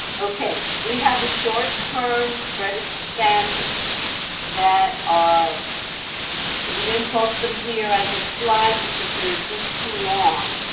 okay. we have short-term credit standards that are we didn't post them here as a slide because they're just too long.